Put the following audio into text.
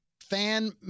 Fan